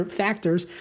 factors